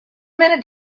minute